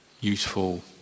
useful